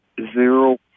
zero